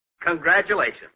Congratulations